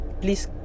please